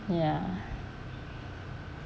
ya